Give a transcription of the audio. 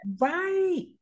Right